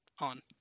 on